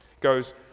goes